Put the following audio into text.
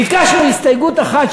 ביקשנו הסתייגות אחת,